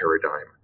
paradigm